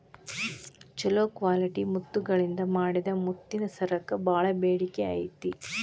ಚೊಲೋ ಕ್ವಾಲಿಟಿ ಮುತ್ತಗಳಿಂದ ಮಾಡಿದ ಮುತ್ತಿನ ಸರಕ್ಕ ಬಾಳ ಬೇಡಿಕೆ ಐತಿ